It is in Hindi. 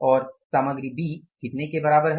और सामग्री बी कितने के बराबर है